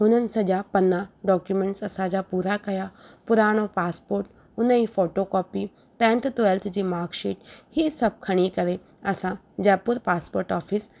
हुननि सॼा पन्ना डॉक्यूमेंट्स असांजा पूरा कया पुराणो पासपोट हुनजी फोटो कॉपी टेन्थ ट्वेल्थ जी मार्कशीट ही सभु खणी करे असां जयपुर पासपोट ऑफ़िस